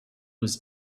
was